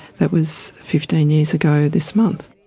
that was fifteen years ago this month.